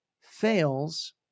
fails